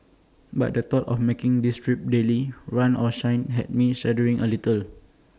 but the thought of making this trip daily run or shine had me shuddering A little